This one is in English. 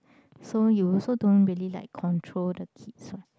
so you also don't really like control the kids what